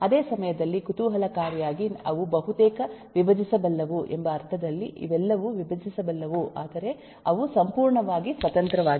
ಅದೇ ಸಮಯದಲ್ಲಿ ಕುತೂಹಲಕಾರಿಯಾಗಿ ಅವು ಬಹುತೇಕ ವಿಭಜಿಸಬಲ್ಲವು ಎಂಬ ಅರ್ಥದಲ್ಲಿ ಇವೆಲ್ಲವೂ ವಿಭಜಿಸಬಲ್ಲವು ಆದರೆ ಅವು ಸಂಪೂರ್ಣವಾಗಿ ಸ್ವತಂತ್ರವಾಗಿಲ್ಲ